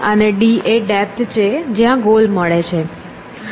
અને d એ depth છે કે જ્યાં ગોલ મળે છે